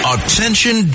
Attention